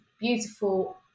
beautiful